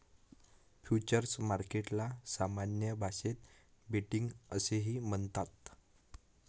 futures मार्केटला सामान्य भाषेत बेटिंग असेही म्हणतात